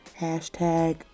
Hashtag